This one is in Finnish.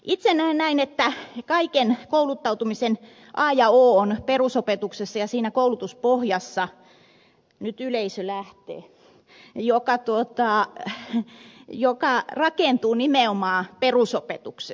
itse näen näin että kaiken kouluttautumisen a ja o on perusopetuksessa ja siinä koulutuspohjassa nyt yleisö lähtee joka rakentuu nimenomaan perusopetuksessa